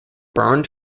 burned